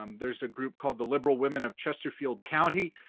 um there's a group called the liberal women of chesterfield county.